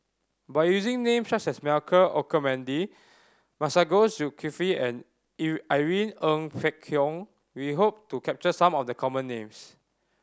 by using names such as Michael Olcomendy Masagos Zulkifli and Irene Ng Phek Hoong we hope to capture some of the common names